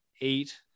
eight